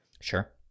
Sure